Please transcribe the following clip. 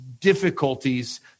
difficulties